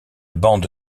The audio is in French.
bande